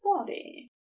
body